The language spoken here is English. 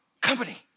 Company